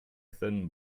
thin